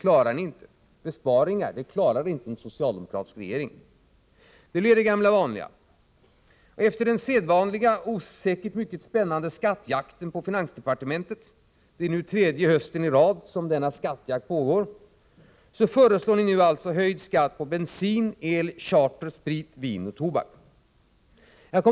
Besparingar klarar inte en socialdemokratisk regering. Det blev det gamla vanliga. Efter den sedvanliga och säkert mycket spännande skattjakten på finansdepartementet — det är nu tredje hösten i rad som denna skattjakt pågår — föreslår ni alltså nu höjd skatt på bensin, el, charter, sprit, vin och tobak.